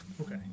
Okay